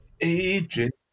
Agent